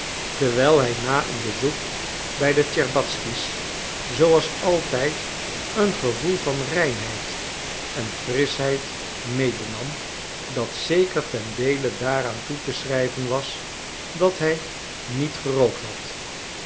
terwijl hij na een bezoek bij de tscherbatzky's zooals altijd een gevoel van reinheid en frischheid medenam dat zeker ten deele daaraan toe te schrijven was dat hij niet gerookt had